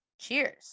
Cheers